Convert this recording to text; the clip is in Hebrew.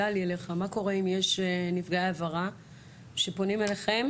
מה קורה אם יש נפגעי עברה שפונים אליכם?